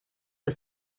the